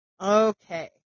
Okay